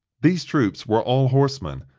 these troops were all horsemen,